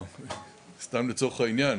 סתם לצורך העניין,